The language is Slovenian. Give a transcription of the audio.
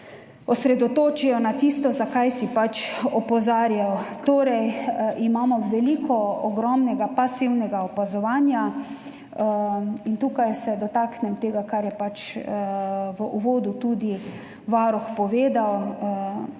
osredotočijo na tisto, na kar si opozarjal. Torej, imamo veliko ogromnega pasivnega opazovanja in tukaj se dotaknem tega, kar je v uvodu tudi varuh povedal.